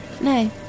No